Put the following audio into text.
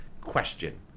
Question